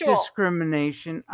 discrimination